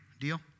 Deal